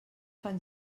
fan